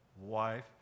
wife